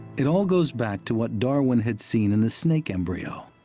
it all goes back to what darwin had seen in the snake embryo